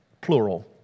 plural